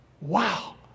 Wow